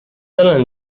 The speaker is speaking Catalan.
tant